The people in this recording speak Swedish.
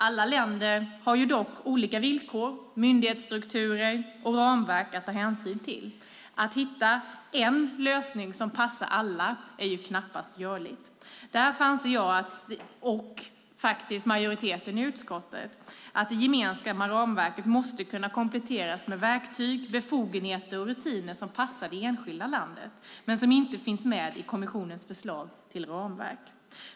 Alla länder har dock olika villkor, myndighetsstrukturer och ramverk att ta hänsyn till. Att hitta en lösning som passar alla är knappast görligt. Därför anser jag och majoriteten i utskottet att det EU-gemensamma ramverket måste kunna kompletteras med verktyg, befogenheter och rutiner som passar det enskilda landet men inte finns med i kommissionens förslag till ramverk.